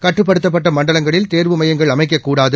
கட்டுப்படுத்தப்பட்ட மண்டலங்களில் தேர்வு மையங்கள் அமைக்கக்கூடாது